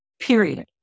Period